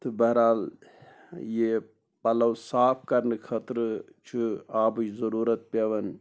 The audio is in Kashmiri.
تہٕ بحرحال یہِ پَلو صاف کرنہٕ خٲطرٕ چھُ آبٕے ضروٗرت پیٚوان